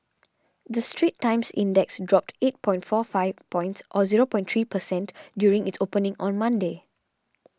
the Straits Times Index dropped eight point four five points or zero point three per cent during its opening on Monday